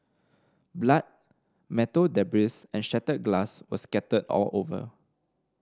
blood metal debris and shattered glass were scattered all over